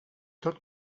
tot